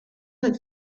the